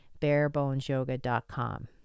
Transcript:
barebonesyoga.com